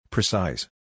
Precise